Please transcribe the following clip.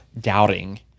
doubting